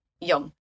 young